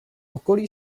okolí